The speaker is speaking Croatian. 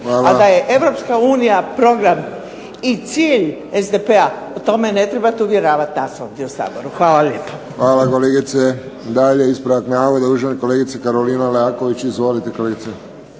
A da je EU program i cilj SDP o tome ne trebate uvjeravati nas ovdje u Saboru. Hvala lijepo. **Friščić, Josip (HSS)** Hvala kolegice. Dalje, ispravak navoda uvažene kolegice Karolina Leaković. Izvolite kolegice.